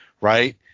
right